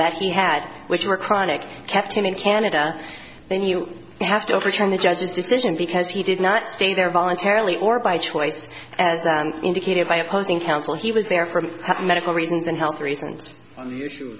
that he had which were chronic kept him in canada then you have to overturn the judge's decision because he did not stay there voluntarily or by choice as indicated by opposing counsel he was there from medical reasons and health reasons f